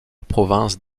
province